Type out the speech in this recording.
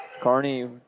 Carney